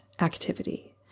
activity